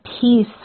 peace